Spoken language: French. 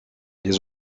les